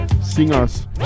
singers